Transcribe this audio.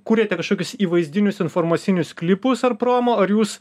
kūrėte kažkokius įvaizdinius informacinius klipus ar promo ar jūs